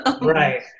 Right